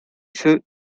feux